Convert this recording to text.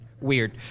weird